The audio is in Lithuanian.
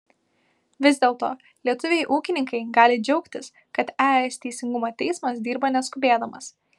vis dėlto lietuviai ūkininkai gali džiaugtis kad es teisingumo teismas dirba neskubėdamas